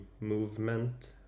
movement